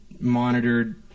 monitored